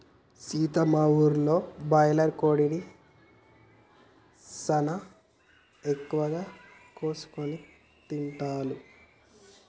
సీత మా ఊరిలో బాయిలర్ కోడిని సానా ఎక్కువగా కోసుకొని తింటాల్లు